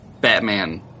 batman